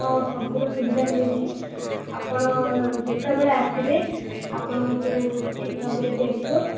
ହଁ ସବୁର ସୁବିଧା ମିଳୁଛି ଆପଣ ଯେତେବେଳେ ଆସିବେ ଆପଣଙ୍କୁ ଠିକ୍ ଭାବରେ ଦିଆଯିବ